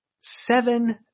seven